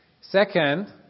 Second